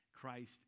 Christ